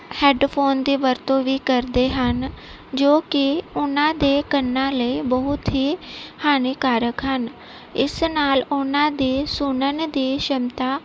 headphone ਦੀ ਵਰਤੋਂ ਵੀ ਕਰਦੇ ਹਨ ਜੋ ਕਿ ਉਹਨਾਂ ਦੇ ਕੰਨਾਂ ਲਈ ਬਹੁਤ ਹੀ ਹਾਨੀਕਾਰਕ ਹਨ ਇਸ ਨਾਲ ਉਹਨਾਂ ਦੀ ਸੁਣਨ ਦੀ ਸ਼ਮਤਾ